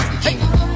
Hey